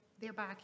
thereby